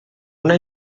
una